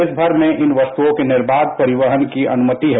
देशभर में इन वस्तुओं के निर्वाध परिवहन की अनुमति है